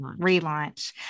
Relaunch